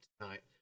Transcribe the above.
tonight